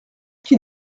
qu’il